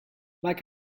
like